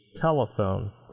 telephone